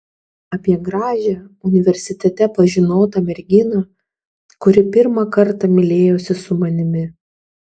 apie gražią universitete pažinotą merginą kuri pirmą kartą mylėjosi su manimi